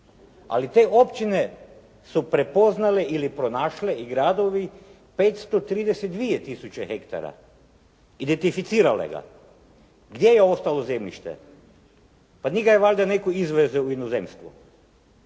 Ali te općine su prepoznale ili pronašle ili gradovi, 532 tisuće hektara i indetificirale ga. Gdje je ostalo zemljište? Pa nije ga valjda netko izvezao u inozemstvo.